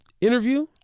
interview